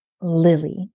lily